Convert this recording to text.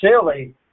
silly